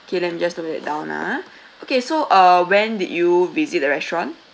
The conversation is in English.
K let me just note that down ah okay so uh when did you visit the restaurant